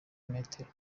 metero